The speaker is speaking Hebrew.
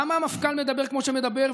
למה המפכ"ל מדבר כמו שהוא מדבר,